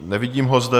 Nevidím ho zde.